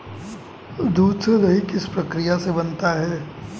दूध से दही किस प्रक्रिया से बनता है?